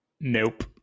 Nope